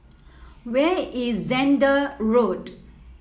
where is Zehnder Road